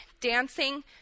dancing